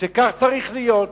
שכך צריך להיות,